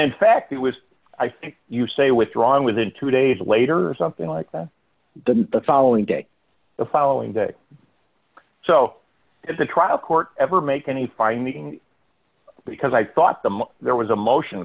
in fact it was i think you say withdrawn within two days later or something like that the following day the following day so if the trial court ever make any finding because i thought the there was a motion